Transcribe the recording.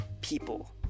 people